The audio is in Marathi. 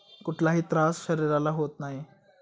कुठलाही त्रास शरीराला होत नाही